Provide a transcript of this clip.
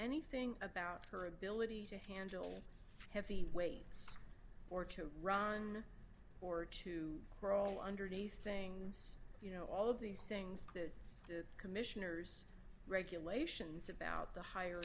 anything about her ability to handle heavy weights or to run or to crawl underneath things you know all of these things that the commissioner's regulations about the hi